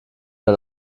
ein